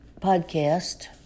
podcast